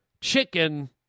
chicken